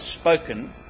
spoken